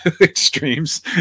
extremes